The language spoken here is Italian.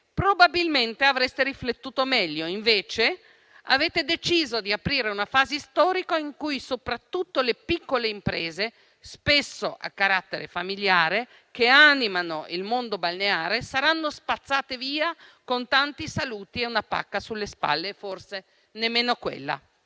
probabilmente avreste riflettuto meglio. Invece, avete deciso di aprire una fase storica in cui soprattutto le piccole imprese, spesso a carattere familiare, che animano il mondo balneare, saranno spazzate via con tanti saluti e una pacca sulle spalle ma forse nemmeno quella.